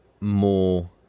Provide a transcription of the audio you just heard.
more